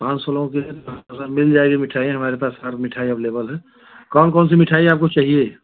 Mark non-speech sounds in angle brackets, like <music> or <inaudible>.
पाँच सौ लोगों के लिए <unintelligible> हाँ मिल जाएगी मिठाई हमारे पास हर मिठाई अवलेबल है कौन कौन सी मिठाई आपको चाहिए